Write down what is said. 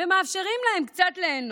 ומאפשרים להם קצת ליהנות,